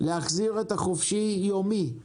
להחזיר את החופשי-יומי.